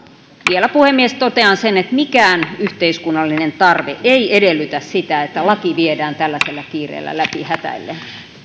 vielä puhemies totean sen että mikään yhteiskunnallinen tarve ei edellytä sitä että laki viedään tällaisella kiireellä hätäillen läpi